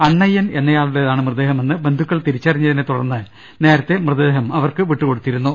അണ്ണയ്യൻ എന്നയാളുടേതാണ് മൃതദേഹമെന്ന് ബന്ധുക്കൾ തിരിച്ചറിഞ്ഞതിനെത്തുടർന്ന് നേരത്തെ മൃതദേഹം അവർക്ക് വിട്ടു കൊടുത്തിരുന്നു